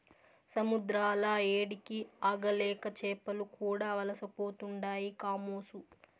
సముద్రాల ఏడికి ఆగలేక చేపలు కూడా వలసపోతుండాయి కామోసు